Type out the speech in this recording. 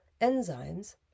enzymes